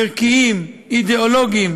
ערכיים, אידאולוגיים,